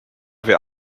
wer